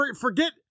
forget